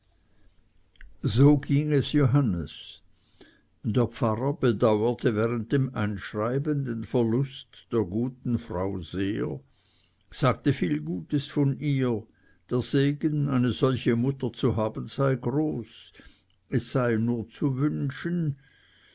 so ging es johannes der pfarrer bedauerte während dem einschreiben den verlust der guten frau sehr sagte viel gutes von ihr der segen eine solche mutter zu haben sei groß es sei nur zu wünschen